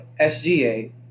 SGA